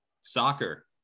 soccer